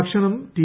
ഭക്ഷണം ടി